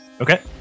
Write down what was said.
Okay